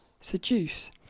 seduce